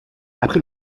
après